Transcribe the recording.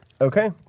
Okay